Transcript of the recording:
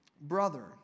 brother